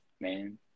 man